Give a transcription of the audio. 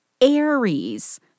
Aries